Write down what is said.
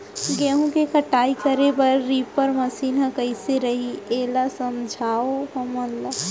गेहूँ के कटाई करे बर रीपर मशीन ह कइसे रही, एला समझाओ हमन ल?